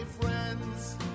friends